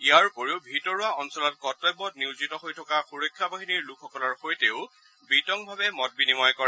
ইয়াৰ উপৰি ভিতৰুৱা অঞ্চলত কৰ্তব্যত নিয়োজিত হৈ থকা সুৰক্ষা বাহিনীৰ লোকসকলৰ সৈতেও বিতংভাৱে মত বিনিময় কৰে